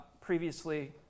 previously